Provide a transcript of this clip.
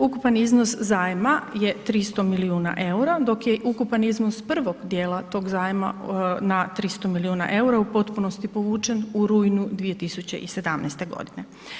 Ukupan iznos zajma je 300 milijuna EUR-a, dok je ukupan iznos prvog dijela tog zajma na 300 milijuna EUR-a u potpunosti povučen u rujnu 2017. godine.